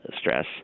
stress